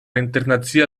internacia